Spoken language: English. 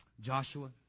Joshua